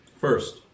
First